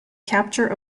capture